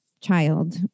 child